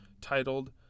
titled